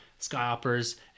Skyhoppers